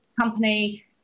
company